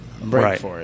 Right